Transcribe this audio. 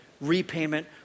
repayment